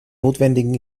notwendigen